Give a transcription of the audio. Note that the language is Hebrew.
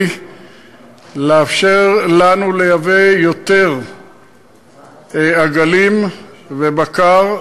לאפשר לנו לייבא מהם יותר עגלים ובקר,